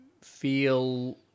feel